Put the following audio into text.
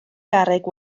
garreg